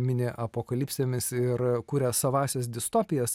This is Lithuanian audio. mini apokalipsėmis ir kuria savąsias distopijas